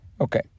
Okay